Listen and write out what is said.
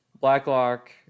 Blacklock